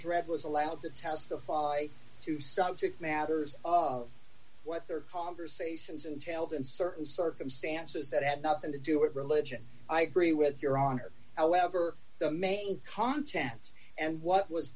dread was allowed to testify to subject matters of one what their conversations entailed in certain circumstances that had nothing to do it religion d i agree with your honor however the main content and what was